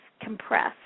compressed